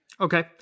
Okay